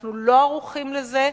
אנחנו לא ערוכים לזה.